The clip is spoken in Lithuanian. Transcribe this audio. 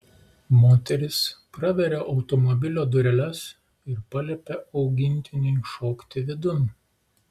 moteris praveria automobilio dureles ir paliepia augintiniui šokti vidun